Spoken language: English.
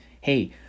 Hey